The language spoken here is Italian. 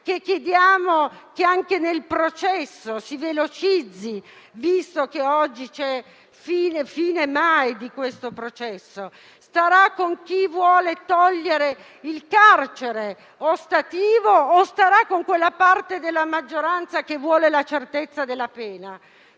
come chiediamo noi, che anche il processo si velocizzi, visto che oggi non c'è mai fine al processo? Starà con chi vuole togliere il carcere ostativo o starà con quella parte della maggioranza che vuole la certezza della pena?